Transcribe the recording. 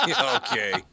okay